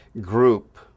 group